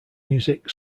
music